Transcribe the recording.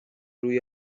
روی